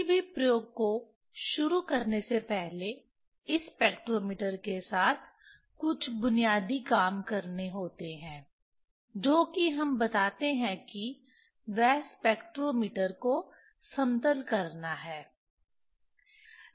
किसी भी प्रयोग को शुरू करने से पहले इस स्पेक्ट्रोमीटर के साथ कुछ बुनियादी काम करने होते हैं जो कि हम बताते हैं कि वह स्पेक्ट्रोमीटर को समतल करना है